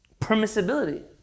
permissibility